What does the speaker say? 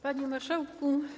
Panie Marszałku!